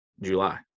July